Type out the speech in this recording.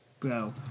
Bro